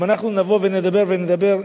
אם אנחנו נבוא ונדבר ונדבר,